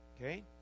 Okay